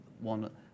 one